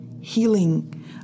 healing